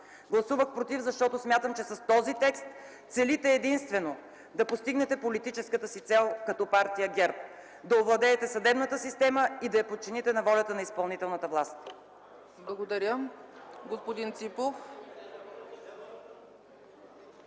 Гласувах „против”, защото смятам, че с този текст целите единствено да постигнете политическата си цел като партия ГЕРБ, да овладеете съдебната система и да я подчините на волята на изпълнителната власт. ПРЕДСЕДАТЕЛ ЦЕЦКА